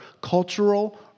cultural